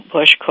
Bush